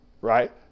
Right